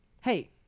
hey